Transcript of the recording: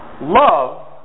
love